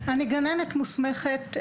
אני גננת מוסמכת,